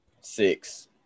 Six